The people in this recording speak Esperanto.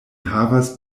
havas